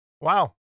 wow